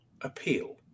appeal